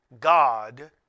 God